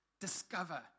discover